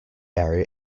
area